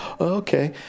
okay